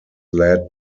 led